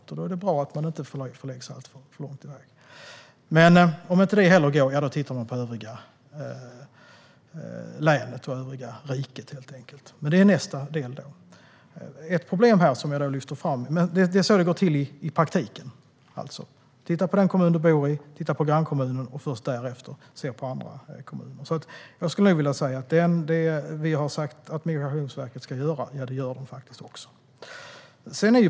I så fall är det bra om de inte förläggs alltför långt bort. Om inte heller det går tittar man på övriga länet och övriga riket. Men det är nästa del. Det är alltså på det sättet det går till i praktiken. Man tittar på den kommun de bor i, på grannkommunen och först därefter på andra kommuner. Jag skulle säga att Migrationsverket faktiskt gör det vi har sagt att man ska göra.